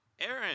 Aaron